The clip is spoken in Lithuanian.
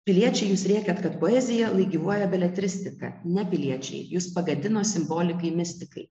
piliečiai jūs rėkiat kad poezija lai gyvuoja beletristika ne piliečiai jus pagadino simbolikai mistikai